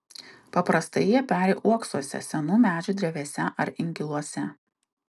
paprastai jie peri uoksuose senų medžių drevėse ar inkiluose